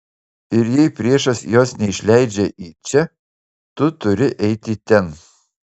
ir jei priešas jos neišleidžia į čia tu turi eiti ten